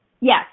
yes